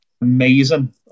amazing